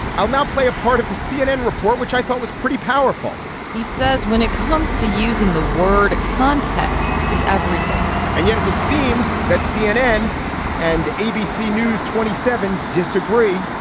i'll now play a part of the cnn report which i thought was pretty powerful he says when it comes to using the word. context is everything and yet it would seem that cnn and abc news twenty seven disagree.